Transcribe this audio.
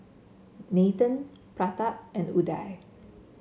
Nathan Pratap and Udai